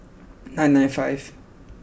nine nine five